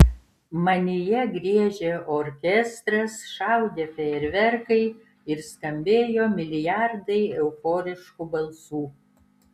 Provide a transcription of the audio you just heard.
manyje griežė orkestras šaudė fejerverkai ir skambėjo milijardai euforiškų balsų